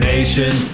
Nation